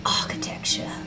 architecture